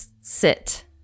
sit